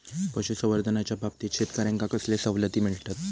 पशुसंवर्धनाच्याबाबतीत शेतकऱ्यांका कसले सवलती मिळतत?